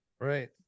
Right